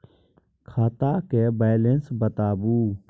खाता के बैलेंस बताबू?